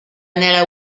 nella